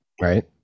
Right